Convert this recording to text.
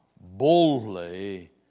boldly